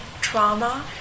trauma